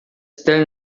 still